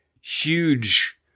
huge